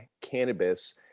cannabis